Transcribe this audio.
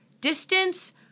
distance